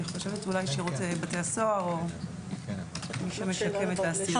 אני חושבת שאולי שירות בתי הסוהר או מי שמשקם את האסירים.